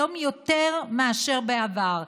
היום יותר מאשר בעבר,